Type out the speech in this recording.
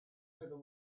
heather